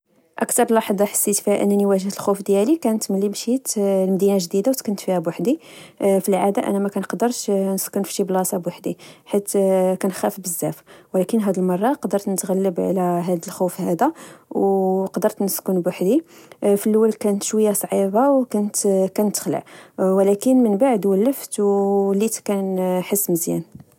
أكتر لحظة حسيت بها أنني را واجهت الخوف ديالي، هي ملي مشيت لمدينة جديدة، وسكنت بحدي. أنا في العادة مكنقذرش نچلس في بلاصة بحدي حيت كنخاف ولكن قدرت نتغلب على هاد الخوف و نسكن بحدي ومكان ختى أكتر لحظة حسيت فيها أنني واجهت الخوف ديالي كانت ملي مشيت لمدينة جديدة وسكنت فيها بوحدي، في لعادة، أنا مكنقذرش نسكن في شي بلاصة بوحدي حيت كنخاف بزاف، ولكن هاد المرة قدرت نتغلب على هاد الخوف هدا، وقدرت نسكن بوحدي، في اللول كانت شوية صعيبة، وكنت كنتخلع، ولن من بعد ولفت او وليت كنحس مزيان